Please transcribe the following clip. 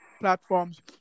platforms